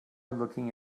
looking